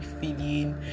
feeling